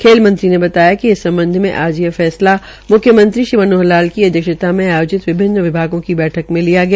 खेल मंत्री ने बताया कि इस संबंध में आज यह फसला मुख्यमंत्री श्री मनोहर लाल की अध्यक्षता में आयोजित विभिन्न विभागों की बछक में लिया गया